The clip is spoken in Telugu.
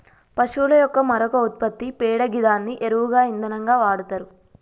పశువుల యొక్క మరొక ఉత్పత్తి పేడ గిదాన్ని ఎరువుగా ఇంధనంగా వాడతరు